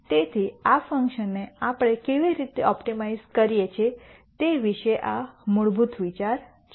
તેથી આ ફંકશનને આપણે કેવી રીતે ઓપ્ટિમાઇઝ કરીએ છીએ તે વિશે આ મૂળભૂત વિચાર છે